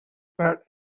pad